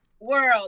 world